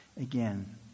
again